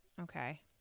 okay